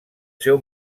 seu